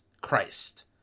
Christ